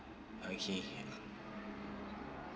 okay